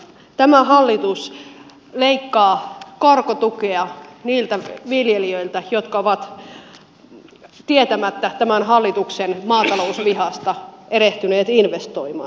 tämä hallitus leikkaa korkotukea niiltä viljelijöitä jotka tietämättä tämän hallituksen maatalousvihasta ovat erehtyneet investoimaan